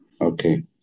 Okay